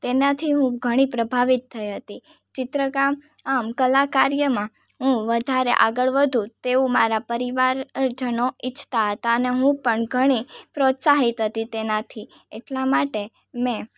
તેનાથી હું ઘણી પ્રભાવિત થઈ હતી ચિત્રકામ આમ કલાકાર્યમાં હું વધારે આગળ વધુ તેવું મારા પરિવાર જનો ઇચ્છતા હતા અને હું પણ ઘણી પ્રોત્સાહિત હતી તેનાથી એટલા માટે મેં